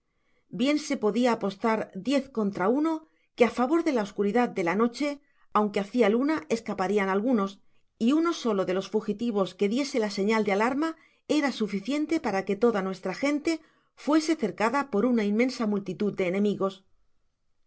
bien se podia apostar diez contra uno que á favor de la oscuridad de la noche aunque hacia luna escaparian algunos y uno solo de los fugitivos que diese la señai de alarma era suficiente para que toda nuestra gente fuese cercada por una inmensa multitud de enemigos